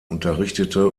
unterrichtete